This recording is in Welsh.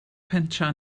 pentref